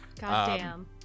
Goddamn